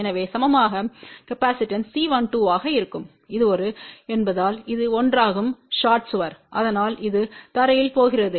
எனவே சமமான capacitance C12 ஆகஇருக்கும் இது ஒரு என்பதால் இது ஒன்றாகும் ஷார்ட் சுவர் அதனால் அது தரையில் போகிறது